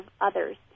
others